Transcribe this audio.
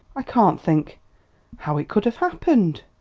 i can't think how it could have happened.